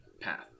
path